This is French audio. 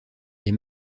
les